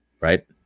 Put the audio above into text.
right